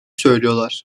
söylüyorlar